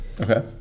Okay